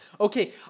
Okay